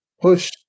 push